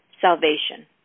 salvation